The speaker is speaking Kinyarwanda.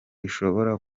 ishobora